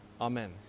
Amen